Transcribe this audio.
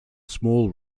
small